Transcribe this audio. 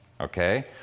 Okay